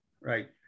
right